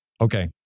okay